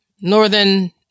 northern